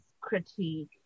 critique